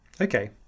Okay